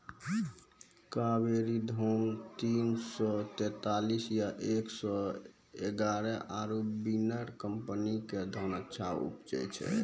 कावेरी धान तीन सौ तेंतीस या एक सौ एगारह आरु बिनर कम्पनी के धान अच्छा उपजै छै?